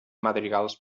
madrigals